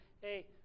hey